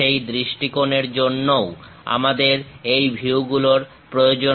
সেই দৃষ্টিকোণের জন্যও আমাদের এই ভিউগুলোর প্রয়োজন হয়